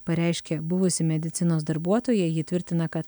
pareiškė buvusi medicinos darbuotoja ji tvirtina kad